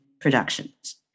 productions